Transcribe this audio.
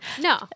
No